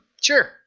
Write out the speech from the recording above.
Sure